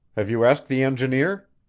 have you asked the engineer?